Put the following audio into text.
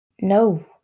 No